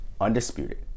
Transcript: undisputed